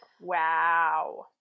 wow